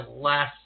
last